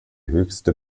höchste